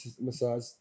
massage